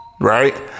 Right